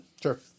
sure